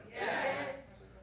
Yes